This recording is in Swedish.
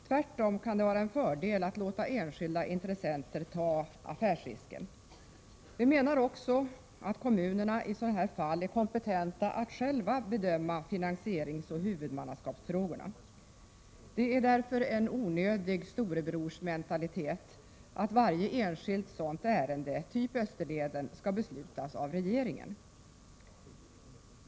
Tvärtom kan det vara en fördel att låta enskilda intressenter ta affärsrisken. Vi menar också att kommunerna i sådana här fall är kompetenta att själva bedöma finansieringsoch huvudmannaskapsfrågorna. Det är därför en onödig storebrorsmentalitet att varje enskilt sådant ärende, typ Österleden, skall beslutas av regeringen.